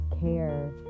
care